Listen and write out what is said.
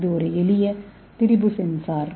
இது ஒரு எளிய திரிபு சென்சார்